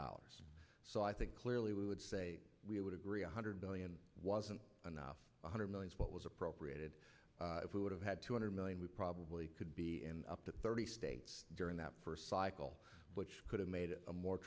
dollars so i think clearly we would say we would agree one hundred billion wasn't enough one hundred million is what was appropriated if we would have had two hundred million we probably could be up to thirty states during that first cycle which could have made it a more